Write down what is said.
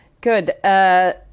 good